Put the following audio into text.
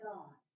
God